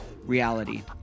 reality